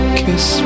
kiss